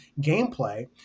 gameplay